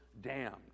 damned